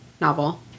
novel